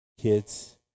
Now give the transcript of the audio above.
kids